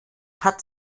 hat